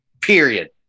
Period